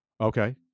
Okay